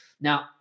Now